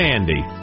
Andy